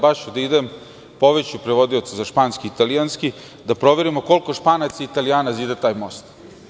Baš ću da idem, povešću prevodioca za španski i italijanski, da proverimo koliko Španaca i Italijana zida taj most.